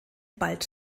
bald